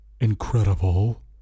incredible